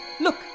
Look